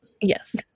yes